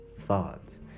thoughts